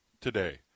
today